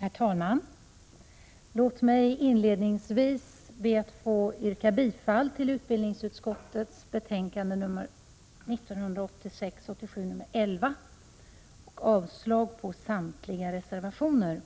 Herr talman! Låt mig inledningsvis be att få yrka bifall till utbildningsutskottets hemställan i betänkande 1986/87:11, vilket innebär avslag på samtliga reservationer.